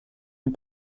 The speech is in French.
une